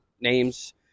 names